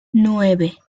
nueve